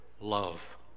love